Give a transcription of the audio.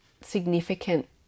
significant